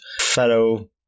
fellow